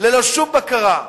ללא שום בקרה.